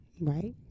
Right